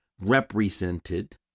represented